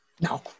no